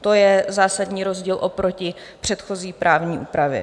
To je zásadní rozdíl oproti předchozí právní úpravě.